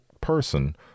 person